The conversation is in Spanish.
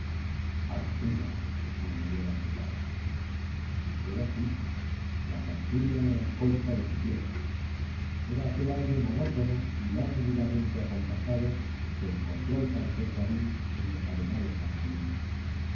alcina murmuró el africano era sí la canturia melancólica de su tierra era aquel aire monótono y lánguidamente acompasado que encontró el francés david en los arenales argelinos